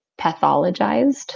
pathologized